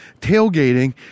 tailgating